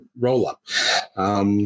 roll-up